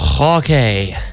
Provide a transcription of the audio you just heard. Okay